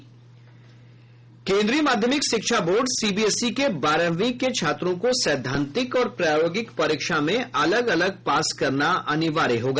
केंद्रीय माध्यमिक शिक्षा बोर्ड सीबीएसई के बारहवीं के छात्रों को सैद्वांतिक और प्रायोगिक परीक्षा में अलग अलग पास करना अनिवार्य होगा